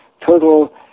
total